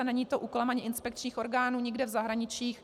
Není to úkolem ani inspekčních orgánů nikde v zahraničí.